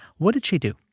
what did she do?